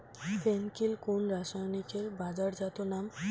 ফেন কিল কোন রাসায়নিকের বাজারজাত নাম?